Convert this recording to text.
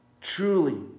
Truly